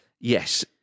Yes